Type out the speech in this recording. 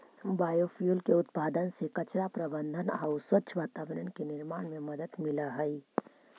biofuel के उत्पादन से कचरा प्रबन्धन आउ स्वच्छ वातावरण के निर्माण में मदद मिलऽ हई